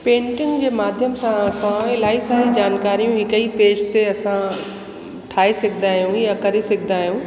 painting जे माध्यम सां असां इलाही सारी जानकारी हिक ई पेज ते असां ठाहे सघंदा आहियूं या करे सघंदा आहियूं